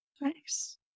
Nice